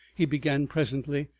he began presently,